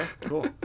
cool